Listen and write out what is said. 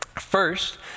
First